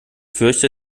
fürchte